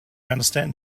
understand